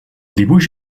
dibuix